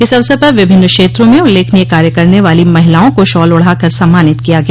इस अवसर पर विभिन्न क्षेत्रों में उल्लेखनीय कार्य करने वाली महिलाओं को सॉल ओढ़ाकर सम्मानित किया गया